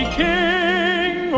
king